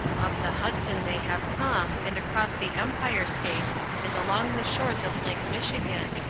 up the hudson they have come, and across the empire state and along the shores of lake michigan,